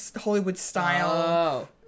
Hollywood-style